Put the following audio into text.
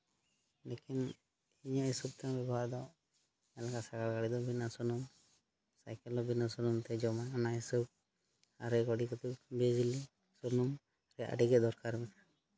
ᱞᱮᱠᱤᱱ ᱤᱭᱟᱹ ᱦᱤᱥᱟᱹᱵ ᱛᱮ ᱵᱮᱵᱚᱦᱟᱨ ᱫᱚ ᱟᱨ ᱚᱱᱟ ᱥᱟᱸᱜᱟᱲ ᱜᱟᱹᱰᱤ ᱫᱚ ᱵᱤᱱᱟᱹ ᱥᱩᱱᱩᱢ ᱥᱟᱭᱠᱮᱞ ᱦᱚᱸ ᱵᱤᱱᱟᱹ ᱥᱩᱱᱩᱢ ᱛᱮ ᱡᱚᱢᱟ ᱚᱱᱟ ᱦᱤᱥᱟᱹᱵ ᱨᱮᱹᱞ ᱜᱟᱹᱲᱤ ᱠᱚᱫᱚ ᱵᱤᱡᱽᱞᱤ ᱥᱩᱱᱩᱢ ᱟᱹᱰᱤᱜᱮ ᱫᱚᱨᱠᱟᱨ ᱢᱮᱱᱟᱜᱼᱟ